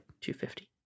250